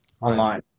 online